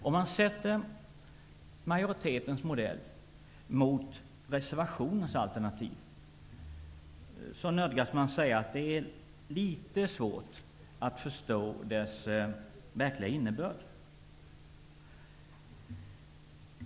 Om man jämför majoritetens modell med reservationens alternativ nödgas man säga att det är litet svårt att förstå reservationens verkliga innebörd.